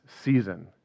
season